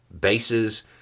Bases